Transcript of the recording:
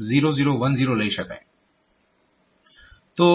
તો